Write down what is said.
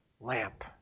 Lamp